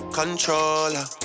controller